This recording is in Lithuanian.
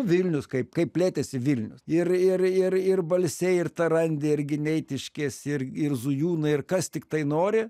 vilnius kaip kaip plėtėsi vilnius ir ir ir ir balsiai ir tarandė ir gineitiškės ir ir zujūnai ir kas tiktai nori